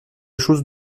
chose